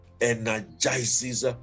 energizes